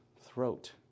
throat